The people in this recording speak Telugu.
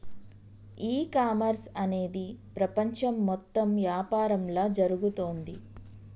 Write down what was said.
ఈ కామర్స్ అనేది ప్రపంచం మొత్తం యాపారంలా జరుగుతోంది